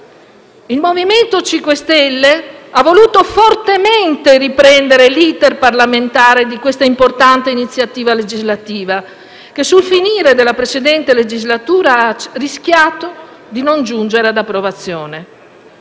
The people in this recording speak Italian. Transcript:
Il MoVimento 5 Stelle ha voluto fortemente riprendere l'*iter* parlamentare di questa importante iniziativa legislativa che, sul finire della precedente legislatura, ha rischiato di non giungere ad approvazione.